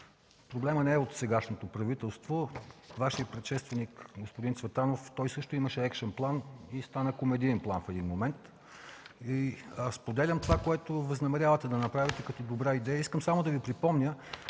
проблемът не е от сегашното правителство. Вашият предшественик – господин Цветанов, също имаше екшън план, но в един момент стана комедиен план. Споделям това, което възнамерявате да направите, като добра идея. Искам само да Ви припомня,